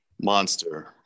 Monster